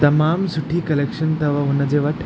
तमामु सुठी कलेक्शन अथव हुन जे वठु